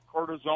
cortisone